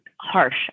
harsh